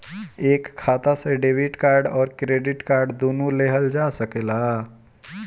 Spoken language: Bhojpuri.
एक खाता से डेबिट कार्ड और क्रेडिट कार्ड दुनु लेहल जा सकेला?